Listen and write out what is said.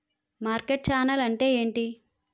Market channel అంటే ఏంటి?